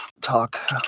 talk